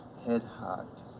head hot,